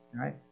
right